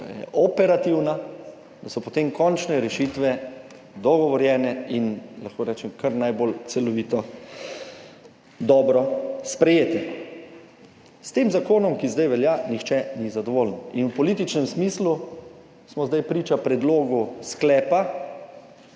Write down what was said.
je operativna, da so potem končne rešitve dogovorjene in lahko rečem, kar najbolj celovito dobro sprejete. S tem zakonom, ki zdaj velja nihče ni zadovoljen. In v političnem smislu smo zdaj priča predlogu sklepa